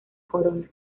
corona